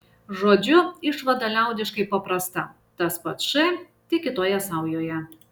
žodžiu išvada liaudiškai paprasta tas pats š tik kitoje saujoje